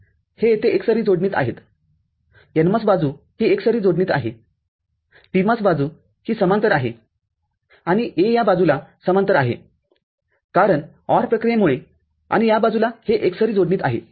हे येथे एकसरी जोडणी आहेत NMOS बाजूही एकसरी जोडणीत आहे PMOS बाजूहे समांतर आहेआणि A या बाजूला समांतर आहेकारण OR प्रक्रियेमुळे आणि या बाजूला हे एकसरी जोडणीत आहे